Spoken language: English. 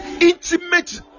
intimate